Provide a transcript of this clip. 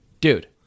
Dude